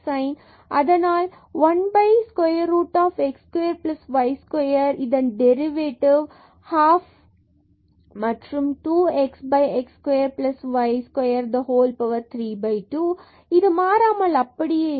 அதனால் 1 the square root x square y square மற்றும் derivative derivative minus 1 2 மற்றும் 2 x x square y square 3 2 பின்பு இது மாறாமல் அப்படியே இருக்கும்